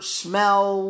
smell